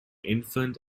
infant